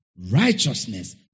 righteousness